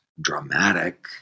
dramatic